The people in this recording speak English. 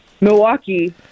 Milwaukee